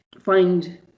find